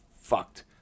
fucked